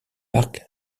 marque